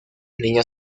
niño